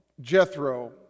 Jethro